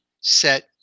set